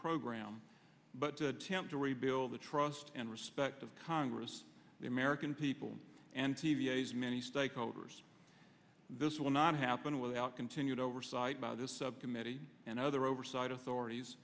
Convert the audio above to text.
program but to attempt to rebuild the trust and respect of congress the american people and t v s many stakeholders this will not happen without continued oversight by this subcommittee and other oversight authorities